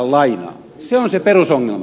se on se perusongelma